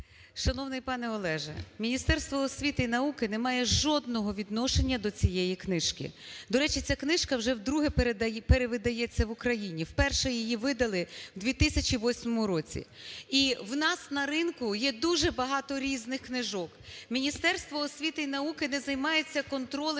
Шановний пане Олеже, Міністерство освіти і науки немає жодного відношення до цієї книжки. До речі, ця книжка вже вдруге перевидається в Україні. Вперше її видали в 2008 році. І у нас на ринку є дуже багато різних книжок. Міністерство освіти і науки не займається контролем